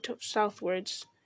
southwards